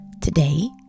Today